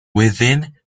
within